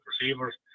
receivers